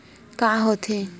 का होथे?